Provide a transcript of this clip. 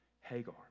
Hagar